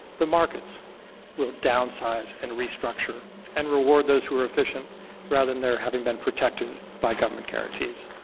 the markets will downsize and restructure and reward those who are efficient rather than their having been protected by government guarantees.